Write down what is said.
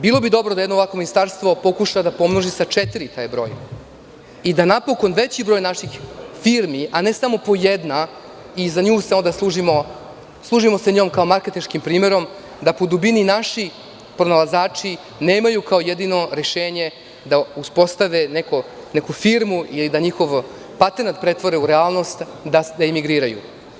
Bilo bi dobro da jedno ovakvo ministarstvo pokuša da pomnoži sa četiri taj broj i da napokon veći broj naših firmi, a ne samo po jedna i onda se služimo njom kao marketinškim primerom, da po dubini naši pronalazači nemaju kao jedino rešenje da uspostave neku firmu ili da njihov patent pretvore u realnost, da emigriraju.